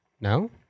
No